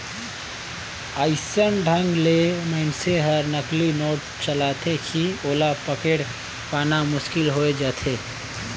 अइसन ढंग ले मइनसे हर नकली नोट चलाथे कि ओला पकेड़ पाना मुसकिल होए जाथे